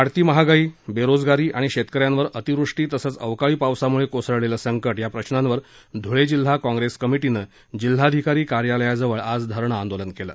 वाढती महागाई बेरोजगारी आणि शेतकऱ्यांवर अतिवृष्टीतसच अवकाळी पावसाम्ळे कोसळलेलं संकट या प्रश्नांवर ध्वळे जिल्हा काँग्रेस कमिटीनं जिल्हाधिकारी कार्यालयाजवळ आज धरणं आंदोलन केलं